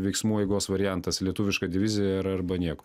veiksmų eigos variantas lietuviška divizija ir ar nieko